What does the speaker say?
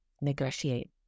negotiate